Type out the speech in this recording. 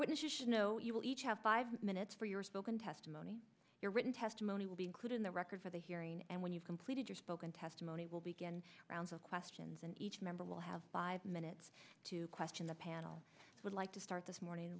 will each have five minutes for your spoken testimony your written testimony will be included in the record for the hearing and when you've completed your spoken testimony will begin rounds of questions and each member will have five minutes to question the panel i would like to start this morning